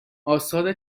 آثار